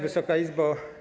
Wysoka Izbo!